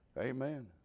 Amen